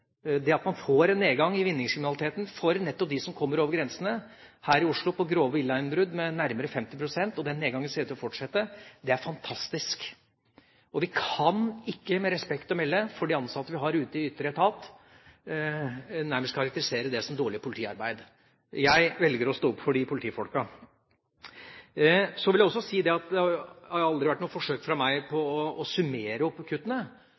Det at man får en nedgang i vinningskriminaliteten – når det gjelder nettopp de som kommer over grensene – her i Oslo når det gjelder grove villainnbrudd, med nærmere 50 pst., og at den nedgangen ser ut til å fortsette, er fantastisk. Vi kan ikke, med respekt for de ansatte vi har ute i ytre etat, nærmest karakterisere det som dårlig politiarbeid. Jeg velger å stå opp for de politifolka. Så vil jeg også si at det aldri har vært noe forsøk fra meg på å summere opp kuttene.